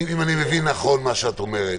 אם אני מבין נכון את מה שאת אומרת,